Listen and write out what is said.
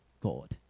God